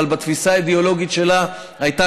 אבל בתפיסה האידיאולוגית שלה היא הייתה